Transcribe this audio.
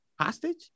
hostage